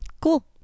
Cool